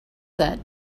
that